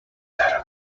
there